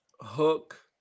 Hook